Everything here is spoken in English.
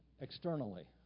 externally